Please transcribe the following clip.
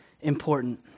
important